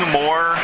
more